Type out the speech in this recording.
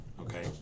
Okay